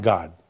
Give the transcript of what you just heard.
God